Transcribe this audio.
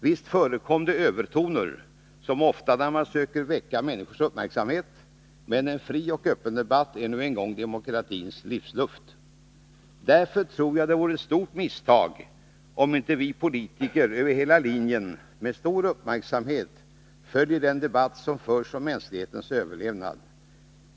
Visst förekom det övertoner - som ofta när man söker väcka människors uppmärksamhet — men en fri och öppen debatt är nu en gång demokratins livsluft. Därför tror jag det vore ett stort misstag om inte vi politiker över hela linjen med stor uppmärksamhet följer den debatt som förs om mänsklighetens överlevnad.